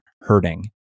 hurting